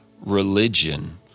religion